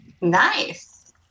Nice